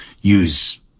use